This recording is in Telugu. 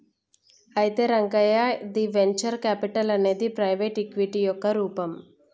అయితే రంగయ్య ది వెంచర్ క్యాపిటల్ అనేది ప్రైవేటు ఈక్విటీ యొక్క రూపం